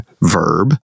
verb